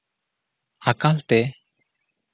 ᱟᱠᱟᱞ ᱛᱮ